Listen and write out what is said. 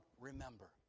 remember